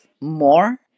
more